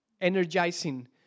energizing